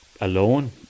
alone